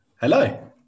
hello